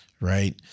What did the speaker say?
right